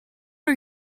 are